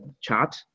chart